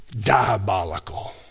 diabolical